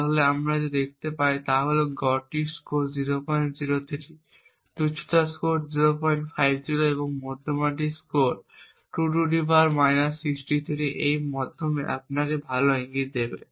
তাহলে আমরা যা দেখতে পাই তা হল গড়টির স্কোর 003 তুচ্ছতার স্কোর 050 এবং মধ্যমাটির স্কোর 2 এই মধ্যমাটি আপনাকে একটি ভাল ইঙ্গিত দেবে